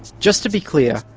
just to be clear,